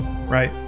right